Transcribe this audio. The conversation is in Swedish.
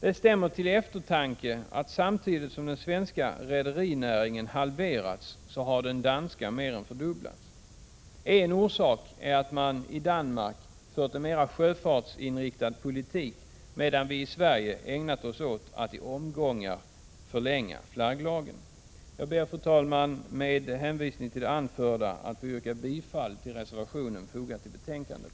Det stämmer till eftertanke att samtidigt som den svenska rederinäringen halverats har den danska mer än fördubblats. En orsak är att man i Danmark fört en mera sjöfartsinriktad politik, medan vi i Sverige ägnat oss åt att i omgångar förlänga flagglagen. Fru talman! Jag ber med hänvisning till det anförda att få yrka bifall till den reservation som är fogad till betänkandet.